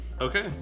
Okay